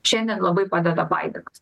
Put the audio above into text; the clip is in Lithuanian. šiandien labai padeda baidenas